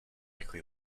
likely